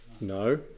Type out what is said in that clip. No